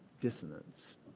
dissonance